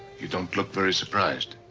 you don't look very surprised.